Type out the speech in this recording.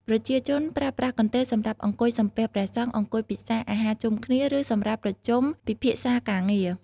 ប្រជាជនប្រើប្រាស់កន្ទេលសម្រាប់អង្គុយសំពះព្រះសង្ឃ អង្គុយពិសាអាហារជុំគ្នា ឬសម្រាប់ប្រជុំពិភាក្សាការងារ។